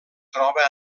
troba